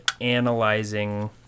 analyzing